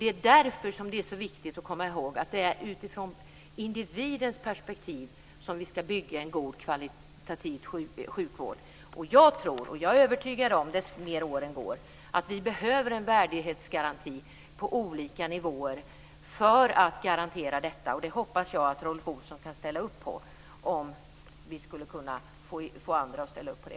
Det är därför som det är så viktigt att komma ihåg att det är utifrån individens perspektiv som vi ska bygga en god kvalitet i sjukvården. Ju mer åren går, desto mer övertygad blir jag om att vi behöver en värdighetsgaranti på olika nivåer för att garantera detta. Jag hoppas att Rolf Olsson kan ställa upp på det, och att vi också kan få andra att ställa upp på det.